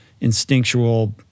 instinctual